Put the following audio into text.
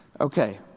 Okay